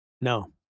no